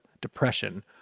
depression